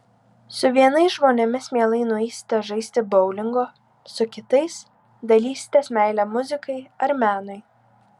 su vienais žmonėmis mielai nueisite žaisti boulingo su kitais dalysitės meile muzikai ar menui